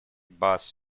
bus